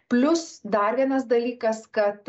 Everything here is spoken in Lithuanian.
plius dar vienas dalykas kad